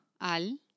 al